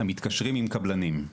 המתקשרים עם קבלנים.